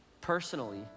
Personally